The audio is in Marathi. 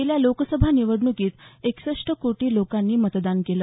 गेल्या लोकसभा निवडणुकीत एकसष्ट कोटी लोकांनी मतदान केलं